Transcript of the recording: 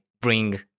bring